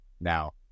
now